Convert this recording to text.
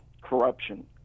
corruption